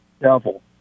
devil